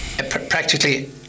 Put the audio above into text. Practically